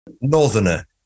Northerner